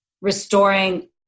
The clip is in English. restoring